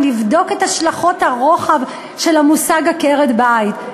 נבדוק את השלכות הרוחב של המושג עקרת-בית.